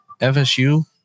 FSU